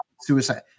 Suicide